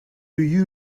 you